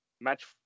Match